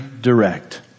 direct